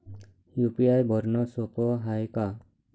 UPI भरनं सोप हाय का?